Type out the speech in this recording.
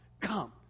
Come